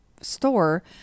store